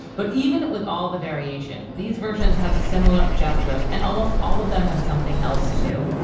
but even with all the variation, these versions have similar gestures and almost all of them have something else too,